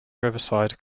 riverside